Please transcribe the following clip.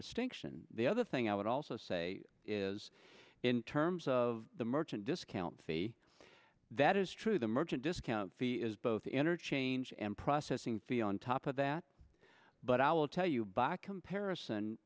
distinction the other thing i would also say is in terms of the merchant discount fee that is true the merchant discount fee is both interchange and processing fee on top of that but i will tell you back comparison